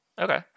Okay